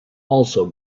also